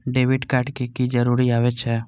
Debit card के की जरूर आवे छै?